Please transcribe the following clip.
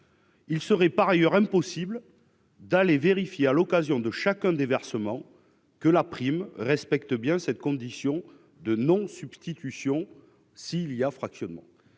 Il serait par ailleurs impossible d'aller vérifier, à l'occasion de chacun des versements, que la prime respecte bien cette condition de non-substitution ». C'est en